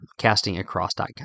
castingacross.com